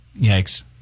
yikes